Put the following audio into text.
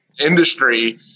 industry